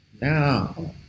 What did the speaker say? now